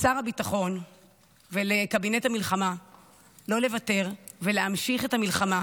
לשר הביטחון ולקבינט המלחמה לא לוותר ולהמשיך את המלחמה.